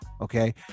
Okay